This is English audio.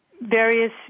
various